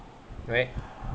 right